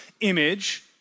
image